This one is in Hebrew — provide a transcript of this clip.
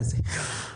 חזי.